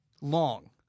long